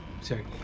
Sorry